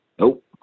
Nope